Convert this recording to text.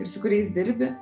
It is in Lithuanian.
ir su kuriais dirbi